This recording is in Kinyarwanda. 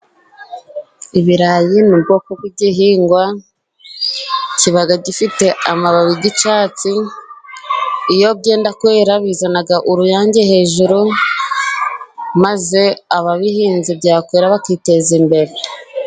Ibira ni ubwoko bw'igihingwa kiba gifite amababi y'icyatsi. Iyo byenda kwera bizana uruyange hejuru, maze ababihinzi byakwera bakiteza imbere.